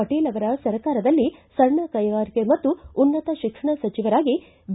ಪಟೇಲ್ ಅವರ ಸರ್ಕಾರದಲ್ಲಿ ಸಣ್ಣ ಕೈಗಾರಿಕೆ ಮತ್ತು ಉನ್ನತ ಶಿಕ್ಷಣ ಸಚಿವರಾಗಿ ಬಿ